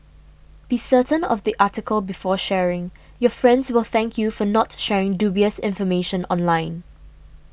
be certain of the article before sharing your friends will thank you for not sharing dubious information online